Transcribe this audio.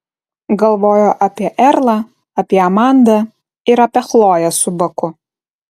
galvojo apie erlą apie amandą ir apie chloję su baku